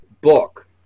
book